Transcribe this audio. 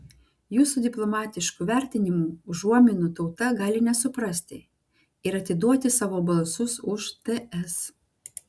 jūsų diplomatiškų vertinimų užuominų tauta gali nesuprasti ir atiduoti savo balsus už ts